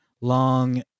long